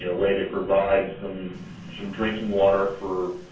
ah way to provide some some drinking water for